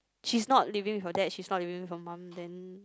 she's not living with her dad she's not living with her mom then